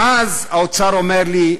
ואז האוצר אומר לי: